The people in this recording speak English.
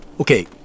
okay